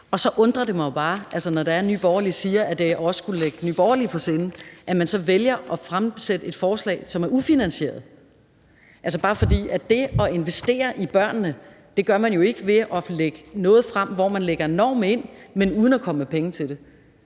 i. Det undrer mig jo bare, når Nye Borgerlige siger, at det også skulle ligge Nye Borgerlige på sinde, at man så vælger at fremsætte et forslag, som er ufinansieret. Det at investere i børnene gør man jo ikke ved at lægge noget frem, hvor man lægger en norm ind uden at komme med penge til det.